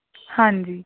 ਹਾਂਜੀ